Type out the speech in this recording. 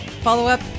Follow-up